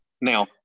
Now